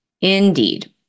Indeed